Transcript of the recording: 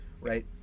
right